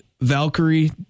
Valkyrie